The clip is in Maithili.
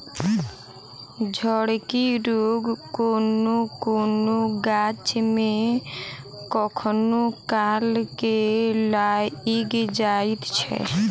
झड़की रोग कोनो कोनो गाछ मे कखनो काल के लाइग जाइत छै